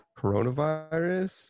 coronavirus